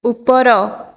ଉପର